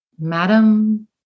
madam